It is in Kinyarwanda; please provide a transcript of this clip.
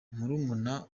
murumuna